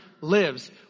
lives